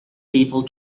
people